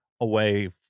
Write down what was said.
away